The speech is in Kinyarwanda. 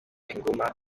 inguma